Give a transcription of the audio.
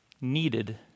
needed